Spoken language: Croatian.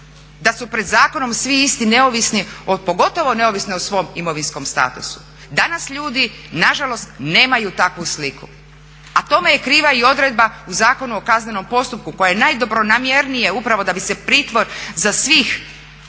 da su pred zakonom svi isti neovisni pogotovo neovisni o svom imovinskom statusu. Danas ljudi nažalost nemaju takvu sliku. A tome je kriva i odredba u Zakonu o kaznenom postupku koja je najdobronamjernije upravo da bi se pritvor za svih